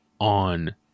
on